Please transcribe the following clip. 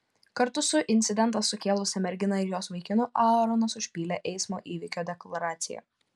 kartu su incidentą sukėlusia mergina ir jos vaikinu aaronas užpildė eismo įvykio deklaraciją